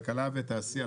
כלכלה ותעשייה,